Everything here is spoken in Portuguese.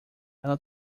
ela